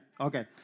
okay